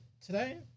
today